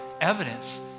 evidence